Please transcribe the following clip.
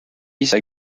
ise